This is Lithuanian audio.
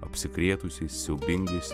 apsikrėtusiais siaubingais